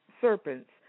serpents